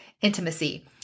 intimacy